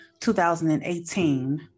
2018